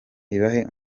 ibahe